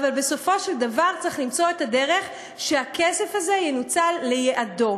אבל בסופו של דבר צריך למצוא את הדרך שהכסף הזה ינוצל ליעדו.